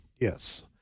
Yes